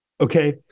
okay